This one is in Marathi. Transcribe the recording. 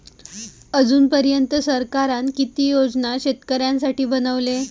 अजून पर्यंत सरकारान किती योजना शेतकऱ्यांसाठी बनवले?